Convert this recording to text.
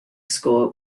score